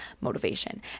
motivation